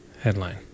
Headline